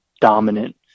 dominant